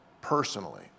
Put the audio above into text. personally